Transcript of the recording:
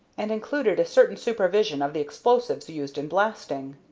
and included a certain supervision of the explosives used in blasting.